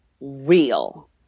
real